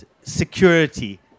security